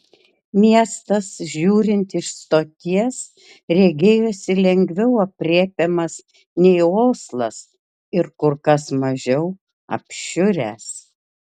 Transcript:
miestas žiūrint iš stoties regėjosi lengviau aprėpiamas nei oslas ir kur kas mažiau apšiuręs